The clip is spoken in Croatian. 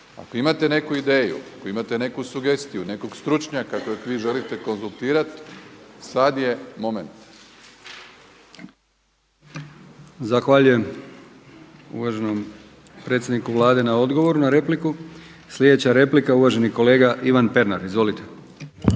Ako imate neku ideju, ako imate neku sugestiju, nekog stručnjaka kojeg vi želite konzultirati sada je moment. **Brkić, Milijan (HDZ)** Zahvaljujem uvaženom predsjedniku Vlade na odgovoru na repliku. Sljedeća replika uvaženi kolega Ivan Pernar. Izvolite.